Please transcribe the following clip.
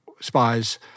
spies